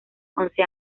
once